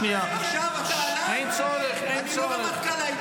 "לשבור את שרשרת הפיקוד".